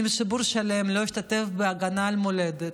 אם ציבור שלם לא משתתף בהגנה על המולדת,